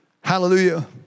Hallelujah